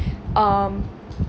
um